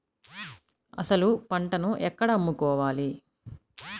అసలు పంటను ఎక్కడ అమ్ముకోవాలి?